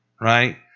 right